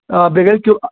آ بیٚیہِ گَژھِ کہِ